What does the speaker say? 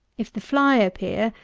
if the fly appear,